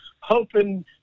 hoping